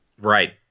Right